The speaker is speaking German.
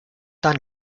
dann